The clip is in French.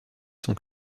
sont